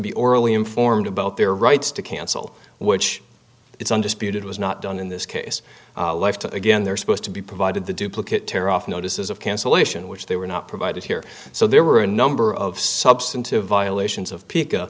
orally informed about their rights to cancel which it's undisputed was not done in this case again they're supposed to be provided the duplicate tear off notices of cancellation which they were not provided here so there were a number of substantive violations of pi